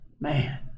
Man